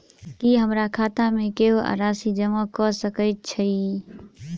की हमरा खाता मे केहू आ राशि जमा कऽ सकय छई?